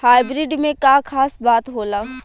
Hybrid में का खास बात होला?